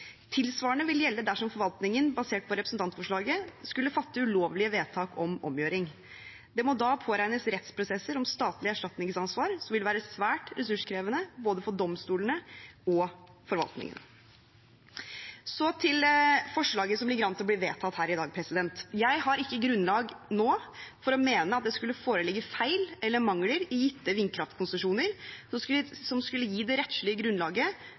Tilsvarende vil gjelde dersom forvaltningen basert på representantforslaget skulle fatte ulovlige vedtak om omgjøring. Det må da påregnes rettsprosesser om statlig erstatningsansvar som vil være svært ressurskrevende, både for domstolene og for forvaltningen. Så til forslaget som ligger an til å bli vedtatt her i dag. Jeg har ikke grunnlag nå for å mene at det skulle foreligge feil eller mangler i gitte vindkraftkonsesjoner som skulle gi det rettslige grunnlaget